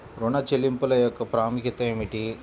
ఋణ చెల్లింపుల యొక్క ప్రాముఖ్యత ఏమిటీ?